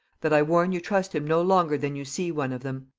that i warn you trust him no longer than you see one of them.